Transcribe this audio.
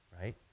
right